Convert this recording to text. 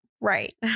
Right